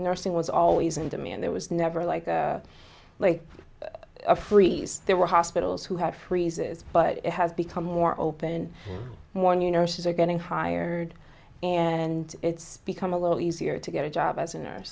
nursing was always in demand there was never like a like a freeze there were hospitals who had freezes but it has become more open more new nurses are getting hired and it's become a little easier to get a job as a nurse